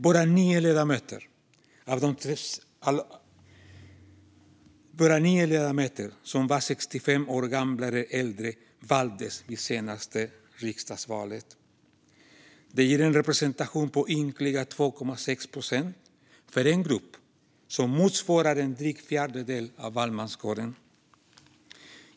Bara nio ledamöter som var 65 år eller äldre valdes in i riksdagen vid det senaste riksdagsvalet. Det ger en representation på ynkliga 2,6 procent för en grupp som motsvarar en dryg fjärdedel av valmanskåren.